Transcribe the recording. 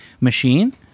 machine